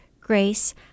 grace